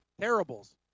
Terribles